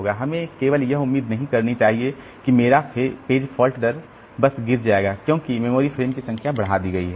इसलिए हमें केवल यह उम्मीद नहीं करनी चाहिए कि मेरा पेज फॉल्ट दर बस गिर जाएगा क्योंकि मैंने मेमोरी फ्रेम की संख्या बढ़ा दी है